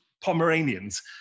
Pomeranians